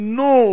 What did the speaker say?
no